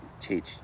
teach